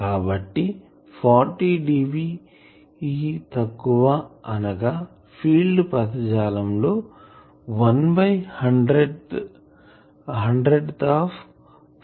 కాబట్టి 40 dB తక్కువ అనగా ఫీల్డ్ పదజాలం లో 1 100 th 40 dB